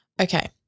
Okay